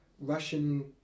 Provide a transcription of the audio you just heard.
Russian